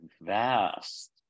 vast